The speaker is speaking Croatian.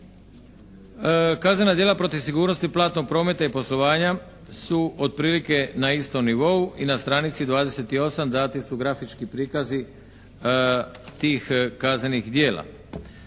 Kaznena djela protiv sigurnosti platnog prometa i poslovanja su otprilike na istom nivou i na stranici 28 dati su grafički prikazi tih kaznenih djela.